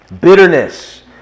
Bitterness